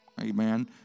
Amen